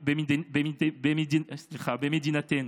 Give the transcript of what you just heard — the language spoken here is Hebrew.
במדינתנו,